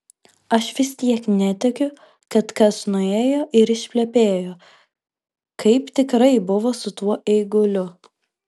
aš vis tiek netikiu kad kas nuėjo ir išplepėjo kaip tikrai buvo su tuo eiguliu